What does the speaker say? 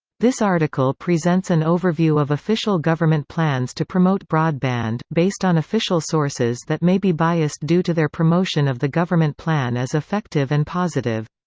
this article presents an overview of official government plans to promote broadband based on official sources that may be biased due to their promotion of the government plan as effective and positive.